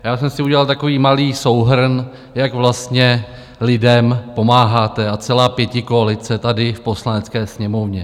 Já jsem si udělal takový malý souhrn, jak vlastně lidem pomáháte, a celá pětikoalice tady v Poslanecké sněmovně.